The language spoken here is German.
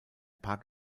park